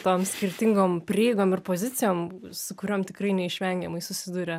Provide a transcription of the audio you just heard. tom skirtingom prieigom ir pozicijom su kurioms tikrai neišvengiamai susiduria